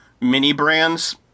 mini-brands